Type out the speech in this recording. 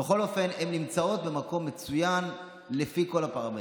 בכל אופן, הן נמצאות במקום מצוין לפי כל הפרמטרים.